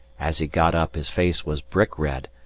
as he got up his face was brick red,